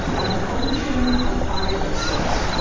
an ocean of viruses.